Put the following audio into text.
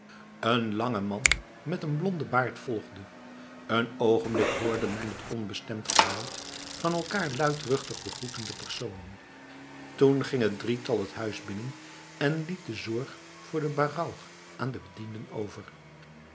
een lange man met n blonde baard volgde een ogenblik hoorde men het onbestemd geluid van elkaar luidruchtig begroetende personen toen ging het drietal t huis binnen en liet de zorg voor de baraug aan de bedienden over